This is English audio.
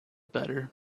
better